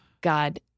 God